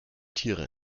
tiere